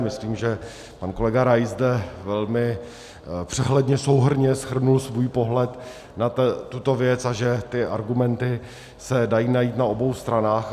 Myslím, že kolega Rais zde velmi přehledně, souhrnně shrnul svůj pohled na tuto věc a že ty argumenty se dají najít na obou stranách.